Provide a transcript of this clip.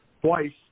twice